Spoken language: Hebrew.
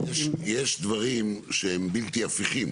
אבל יש דברים שהם בלתי הפיכים.